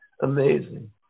amazing